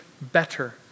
better